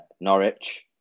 Norwich